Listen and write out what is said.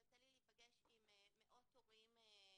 יוצא לי, לצוות שלי, להיפגש עם מאות הורים בשבוע.